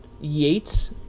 Yates